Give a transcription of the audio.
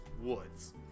Woods